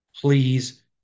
Please